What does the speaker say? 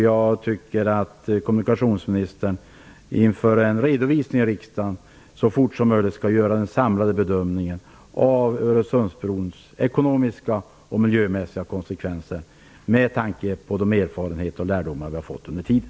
Jag tycker att kommunikationsministern inför en redovisning i riksdagen så fort som möjligt skall göra en samlad bedömning av Öresundsbrons ekonomiska och miljömässiga konsekvenser med tanke på de erfarenheter och lärdomar vi har fått under tiden.